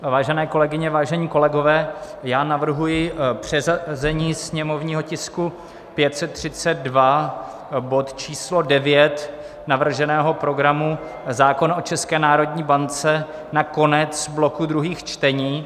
Vážené kolegyně, vážení kolegové, já navrhuji přeřazení sněmovního tisku 532, bod číslo 9 navrženého programu, zákona o České národní bance, na konec bloku druhých čtení.